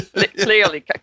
Clearly